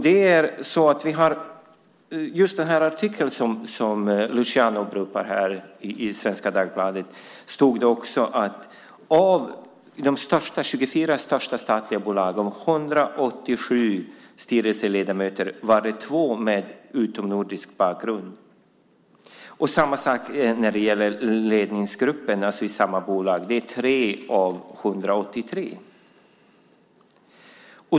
I just den artikel i Svenska Dagbladet som Luciano åberopar stod det också att i de 24 största statliga bolagen med 187 styrelseledamöter har 2 ledamöter utomnordisk bakgrund. Samma sak gäller ledningsgruppen i samma bolag. Det är 3 av 183.